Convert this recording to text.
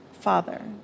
Father